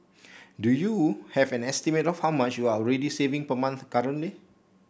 do you have an estimate of how much you're already saving per month currently